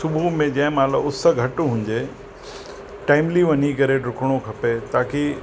सुबुह में जंहिं महिल उस घटि हुजे टाइमली वञी करे डुकणो खपे ताक़ी